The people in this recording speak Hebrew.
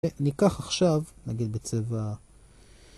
וניקח עכשיו נגיד בצבע